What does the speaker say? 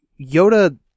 Yoda